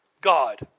God